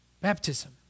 baptism